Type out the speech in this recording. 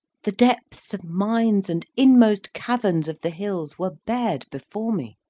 the depths of mines and inmost caverns of the hills, were bared before me.